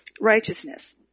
righteousness